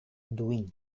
duin